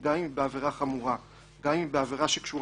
גם אם היא בעבירה חמורה וגם אם היא בעבירה שקשורה